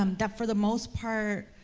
um that, for the most part,